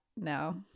No